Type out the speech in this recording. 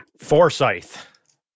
Forsyth